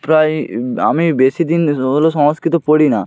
প্রায় আমি বেশি দিন হলো সংস্কৃত পড়ি না